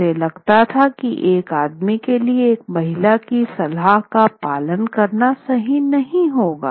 उसे लगता था की एक आदमी के लिए एक महिला की सलाह का पालन करना सही नहीं होगा